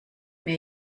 mir